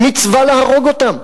מצווה להרוג אותם.